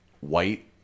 white